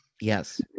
Yes